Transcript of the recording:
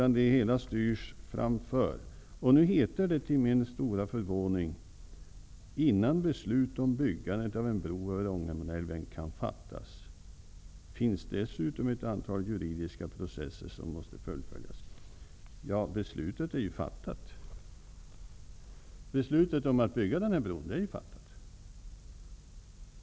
Nu heter det dessutom, till min stora förvåning, i svaret: ''Innan beslut om byggandet av en bro över Ångermanälven kan fattas finns dessutom ett antal juridiska processer som måste fullföljas.'' Beslutet om att bygga bron är ju fattat.